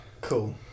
Cool